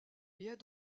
est